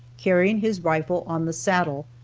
carrying his rifle on the saddle,